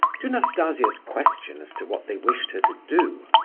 to nastasia's question as to what they wished her to do,